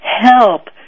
help